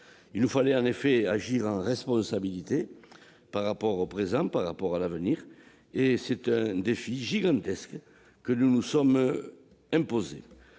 Il nous fallait, en effet, agir en responsabilité par rapport au présent et à l'avenir. C'est là un défi gigantesque que nous nous sommes imposé